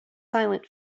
silent